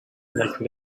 like